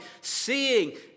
seeing